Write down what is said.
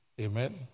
Amen